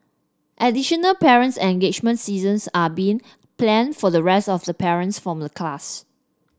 additional parent engagement seasons are being plan for the rest of the parents from the class